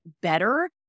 better